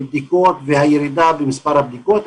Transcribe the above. בדיקות והירידה במספר הבדיקות,